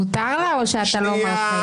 מותר לה או שאתה לא מאשר?